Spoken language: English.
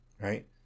right